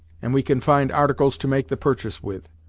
and we can find articles to make the purchase with.